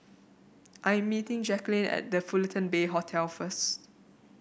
I'm meeting Jacquelin at The Fullerton Bay Hotel first